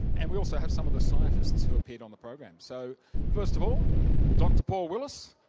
and we also have some of the scientists who appeared on the program. so first of all dr paul willis,